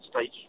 stage